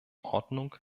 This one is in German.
ordnung